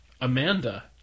Amanda